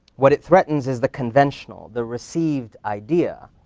what it threatens is the conventional, the received, idea